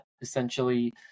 essentially